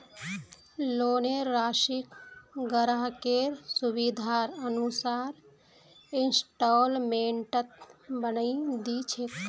लोनेर राशिक ग्राहकेर सुविधार अनुसार इंस्टॉल्मेंटत बनई दी छेक